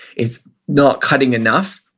it's not cutting enough,